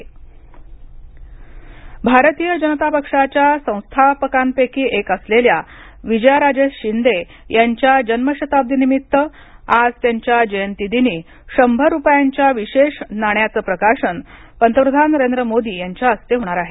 पंतप्रधान विजयाराजे भारतीय जनता पक्षाच्या संस्थापकांपैकी एक असलेल्या विजयाराजे शिंदे यांच्या जन्मशताब्दी वर्षानिमित्त आज त्यांच्या जयंतीदिनी शंभर रुपयांच्या विशेष नाण्याचं प्रकाशन पंतप्रधान नरेंद्र मोदी यांच्या हस्ते होणार आहे